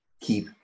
keep